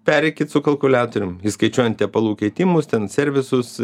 pereikit su kalkuliatorium įskaičiuojant tepalų keitimus ten servisus